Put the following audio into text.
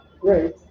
Great